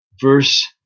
verse